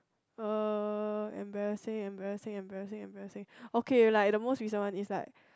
uh embarrassing embarrassing embarrassing embarrassing okay like the most recent one is like